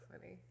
funny